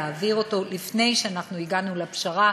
להעביר אותו לפני שאנחנו הגענו לפשרה,